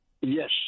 Yes